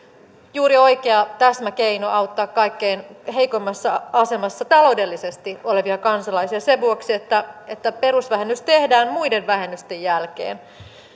juuri oikea täsmäkeino auttaa taloudellisesti kaikkein heikoimmassa asemassa olevia kansalaisia sen vuoksi että että perusvähennys tehdään muiden vähennysten jälkeen